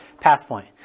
Passpoint